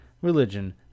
religion